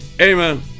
Amen